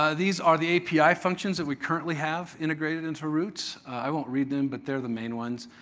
ah these are the api functions that we currently have integrated into roots. i won't read them but they're the main ones.